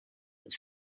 have